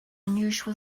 unusual